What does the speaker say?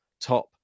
top